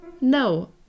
No